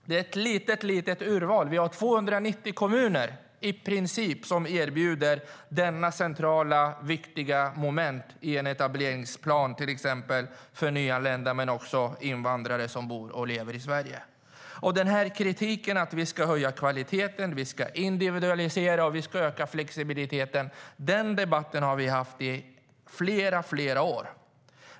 Det är ett litet, litet urval. Det är i princip 290 kommuner som erbjuder detta centrala och viktiga moment i en etableringsplan för till exempel nyanlända men också invandrare som lever i Sverige.Debatten om att höja kvaliteten, individualisera och öka flexibiliteten har vi haft i flera år.